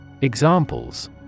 Examples